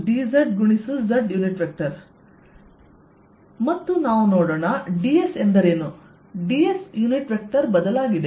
ds unit vector ಬದಲಾಗಿದೆ